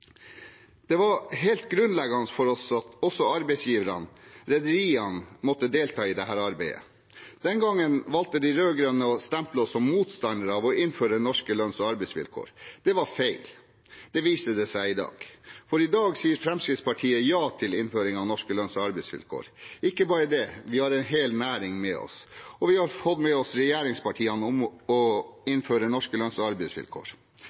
Det var helt grunnleggende for oss at også arbeidsgiverne – rederiene – måtte delta i dette arbeidet. Den gangen valgte de rød-grønne å stemple oss som motstandere av å innføre norske lønns- og arbeidsvilkår. Det var feil. Det viser seg i dag. For i dag sier Fremskrittspartiet ja til innføring av norske lønns- og arbeidsvilkår. Og ikke bare det – vi har en hel næring med oss, og vi har fått med oss regjeringspartiene på å innføre norske lønns- og arbeidsvilkår.